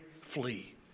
flee